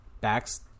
backs